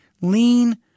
lean